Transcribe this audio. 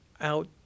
out